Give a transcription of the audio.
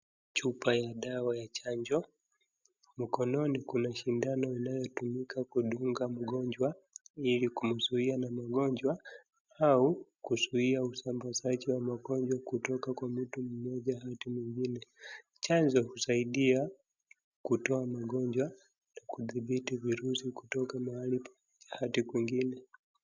Chupa ya dawa ya chanjo, mkononi kuna shindano inayotumika kudunga mgonjwa, ili kumzuia na magonjwa au kuzuia usambazaji wa magonjwa kutoka mtu mmoja hadi mwingine. Chanjo husaidia kutoa magonjwa na kudhibiti virusi kutoka mahali pamoja hadi kwingine.